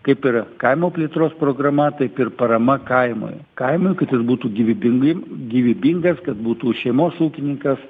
kaip ir kaimo plėtros programa taip ir parama kaimui kaimui kad jis būtų gyvybingai gyvybingas kad būtų šeimos ūkininkas